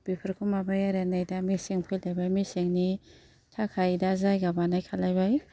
बेफोरखौ माबायो आरो नै दा मेसें फैलायबाय मेसेंनि थाखाय दा जायगा बानाय खालायबाय